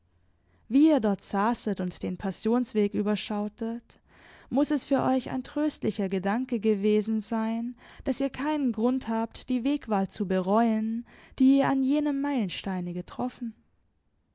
wie ihr dort saßet und den passionsweg überschautet muß es für euch ein tröstlicher gedanke gewesen sein daß ihr keinen grund habt die wegwahl zu bereuen die ihr an jenem meilensteine getroffen